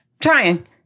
Trying